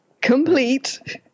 complete